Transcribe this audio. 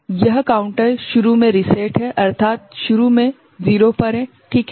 तो यह काउंटर शुरू में रीसेट है अर्थात यह शुरू में 0 पर है ठीक है